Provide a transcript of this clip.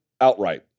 outright